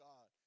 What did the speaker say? God